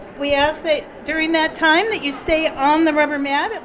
we ask that during that time that you stay on the rubber mat. it